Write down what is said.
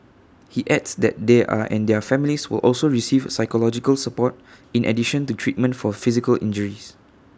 he adds that they are and their families will also receive psychological support in addition to treatment for physical injuries